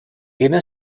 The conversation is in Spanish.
tiene